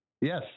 Yes